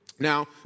Now